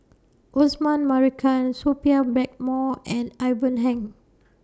Osman Merican Sophia Blackmore and Ivan Heng